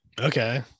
Okay